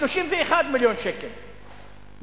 31 מיליון שקל,